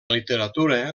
literatura